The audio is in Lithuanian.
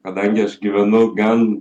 kadangi aš gyvenu gan